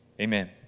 amen